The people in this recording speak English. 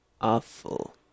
awful